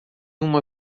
uma